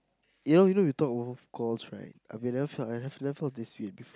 you know you know you talk about about course right I've never I've never felt this way before